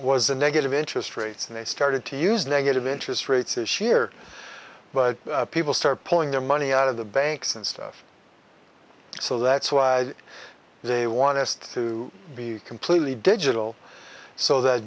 a negative interest rates and they started to use negative interest rates is sheer but people start pulling their money out of the banks and stuff so that's why they want us to be completely digital so that